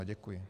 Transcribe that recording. Děkuji.